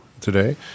today